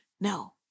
No